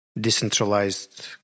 decentralized